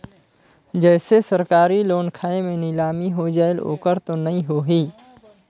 जैसे सरकारी लोन खाय मे नीलामी हो जायेल ओकर तो नइ होही?